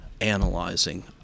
analyzing